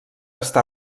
està